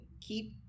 keep